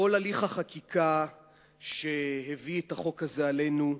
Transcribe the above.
כל הליך החקיקה שהביא את החוק הזה עלינו.